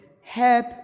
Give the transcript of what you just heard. help